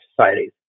Societies